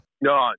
No